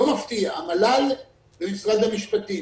לא מפתיע - המל"ל ומשרד המשפטים.